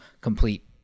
complete